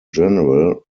general